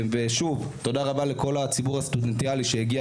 תודה רבה לכל הציבור הסטודנטיאלי שהגיע